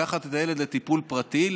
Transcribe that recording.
לקחת את הילד לטיפול פרטי,